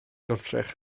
gwrthrych